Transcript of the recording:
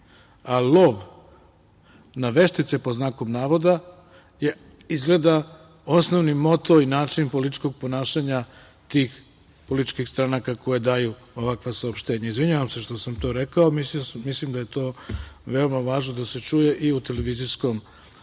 a „lov na veštice“, pod znakom navoda, je izgleda osnovni moto i način političkog ponašanja tih političkih stranaka koje daju ovakva saopštenja. Izvinjavam se što sam to rekao, ali mislim da je to veoma važno da se čuje i u televizijskom